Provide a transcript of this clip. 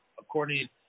according